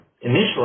initially